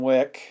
Wick